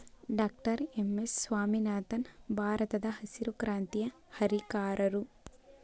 doctor M S Swaminathan ಭಾರತದಹಸಿರು ಕ್ರಾಂತಿಯ ಹರಿಕಾರರು